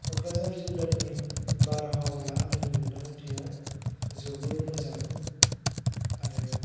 क'क्राझार जिल्लानि बारहावाया आंनि मोन्दांथियाव जोबोद मोजां आरो